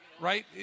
right